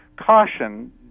caution